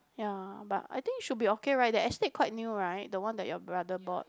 ya but I think should be okay right the estate quite new right the one that your brother bought